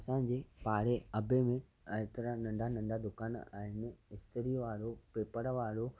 असांजे पाड़े अबे में एतिरा नंढा नंढा दुकान आहिनि स्त्रीअ वारो पेपर वारो